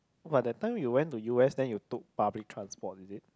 but that time you went to u_s then you took public transport is it